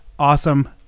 Awesome